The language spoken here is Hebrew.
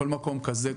כל מקום כזה,